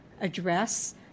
address